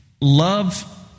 love